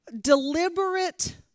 deliberate